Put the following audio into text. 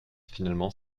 finalement